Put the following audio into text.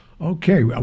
Okay